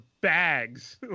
bags